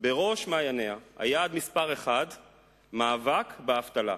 בראש מעייניה, היעד מספר אחת, מאבק באבטלה.